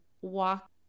walk